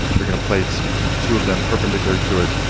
we're going to place two of them perpendicular to it,